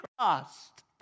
christ